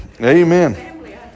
Amen